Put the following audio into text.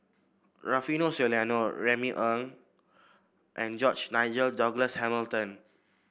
Rufino Soliano Remy Ong and George Nigel Douglas Hamilton